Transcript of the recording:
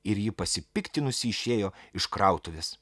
ir ji pasipiktinusi išėjo iš krautuvės